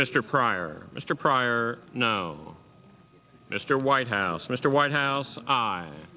mr pryor mr pryor now mr white house mr white house